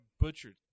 butchered